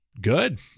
Good